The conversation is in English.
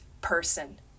person